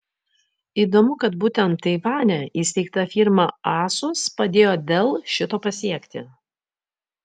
įdomu kad būtent taivane įsteigta firma asus padėjo dell šito pasiekti